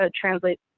translate